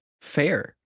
Fair